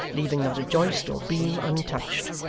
leaving not a joist or beam untouched.